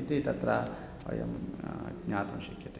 इति तत्र वयं ज्ञातुं शक्यते